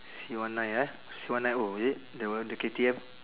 C one nine eh C one nine O is it the the K_T_M